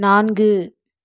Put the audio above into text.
நான்கு